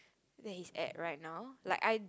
there is eight right now like I